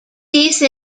these